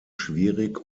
schwierig